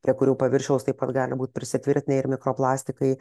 prie kurių paviršiaus taip pat gali būt prisitvirtinę ir mikroplastikai